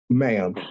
ma'am